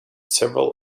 several